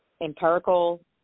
empirical